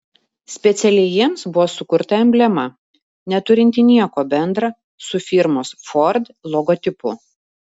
specialiai jiems buvo sukurta emblema neturinti nieko bendra su firmos ford logotipu